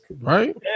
right